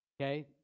okay